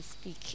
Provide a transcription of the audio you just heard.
Speak